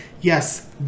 Yes